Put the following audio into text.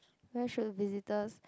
where should the visitors